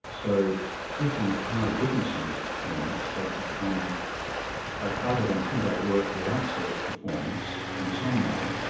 so if on account of witnessing this performance they'd become like other than who they were at the outset of the performance in some way,